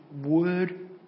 word